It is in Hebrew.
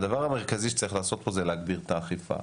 והדבר המרכזי שצריך לעשות פה זה להגביר את האכיפה,